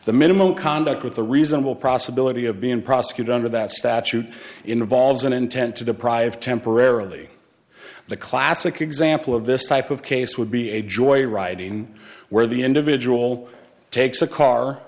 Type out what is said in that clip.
the minimum conduct with the reasonable process of being prosecuted under that statute involves an intent to deprive temporarily the classic example of this type of case would be a joyriding where the individual takes a car